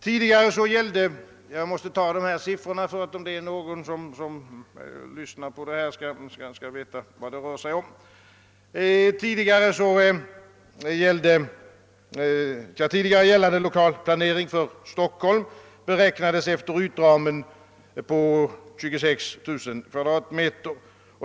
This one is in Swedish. Jag måste läsa upp dessa siffror för att de som lyssnar skall veta vad det rör sig om. Tidigare gällande lokalplanering för Stockholm beräknades efter ytramen på 26 000 kvadratmeter.